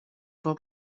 però